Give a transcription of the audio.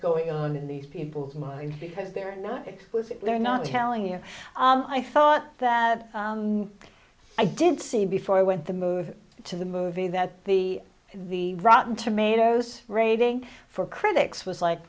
going on in these people's minds because they're not explicitly not telling you i thought that i did see before i went the move to the movie that the the rotten tomatoes rating for critics was like